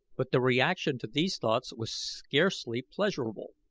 but the reaction to these thoughts was scarcely pleasurable.